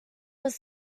was